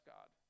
God